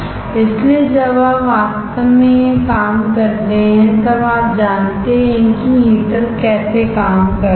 इसलिए जब आप वास्तव में यह काम करते हैं तब आप जानते हैं हीटर कैसे काम करता है